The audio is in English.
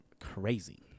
crazy